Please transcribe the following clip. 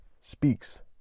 speaks